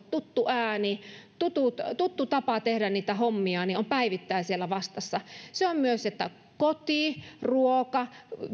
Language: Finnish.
tuttu ääni tuttu tuttu tapa tehdä niitä hommia päivittäin siellä vastassa ja myös että koti ruoka